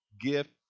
gift